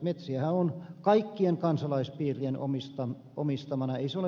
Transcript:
metsiähän on kaikkien kansalaispiirien omistamana